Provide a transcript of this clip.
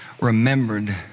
remembered